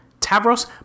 Tavros